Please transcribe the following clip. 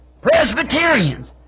Presbyterians